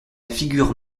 figure